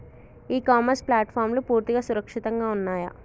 ఇ commerce ప్లాట్ఫారమ్లు పూర్తిగా సురక్షితంగా ఉన్నయా?